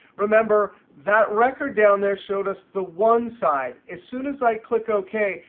remember that record down there showed us the one side. as soon as i click ok,